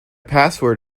password